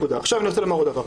עכשיו אני רוצה לומר עוד דבר.